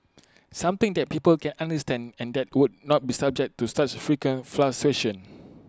something that people can understand and that would not be subject to such frequent fluctuations